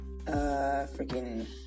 freaking